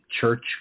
church